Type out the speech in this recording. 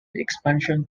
expansion